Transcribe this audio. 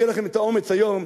שיהיה לכם את האומץ היום,